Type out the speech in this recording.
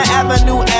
avenue